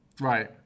Right